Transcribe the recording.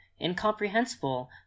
incomprehensible